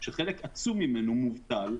שחלק עצום ממנו מובטל,